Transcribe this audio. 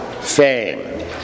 fame